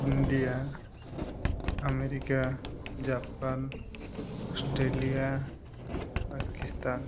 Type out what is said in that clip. India America Japan Australia Pakistan